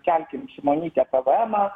kelkim šimonytė pvemą